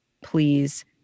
please